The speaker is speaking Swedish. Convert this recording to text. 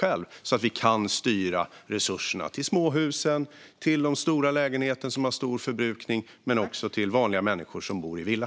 På så sätt kan vi styra resurserna till småhusen, till de stora lägenheterna som har stor förbrukning och till vanliga människor som bor i villa.